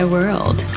World